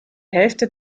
hälfte